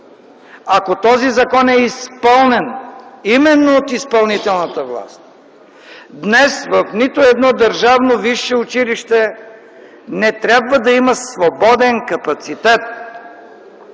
Ако този закон е изпълнен именно от изпълнителната власт днес в нито едно държавно висше училище не трябва да има свободен капацитет.